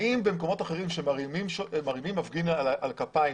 האם במקומות אחרים שמרימים מפגין על כפיים,